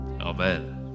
Amen